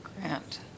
grant